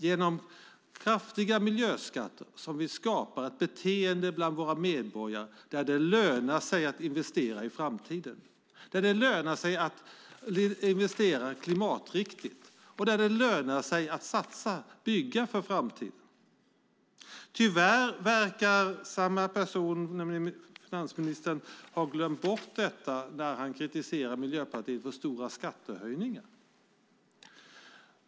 Genom kraftiga miljöskatter skapar vi ett beteende hos våra medborgare där det lönar sig att investera i framtiden, att investera klimatriktigt och att bygga för framtiden. Tyvärr verkar finansministern ha glömt detta när han kritiserar Miljöpartiet för stora skattehöjningar.